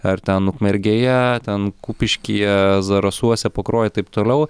ar ten ukmergėje ten kupiškyje zarasuose pakruojyj taip toliau